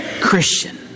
Christian